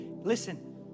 listen